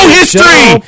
history